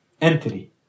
entity